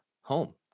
home